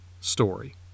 story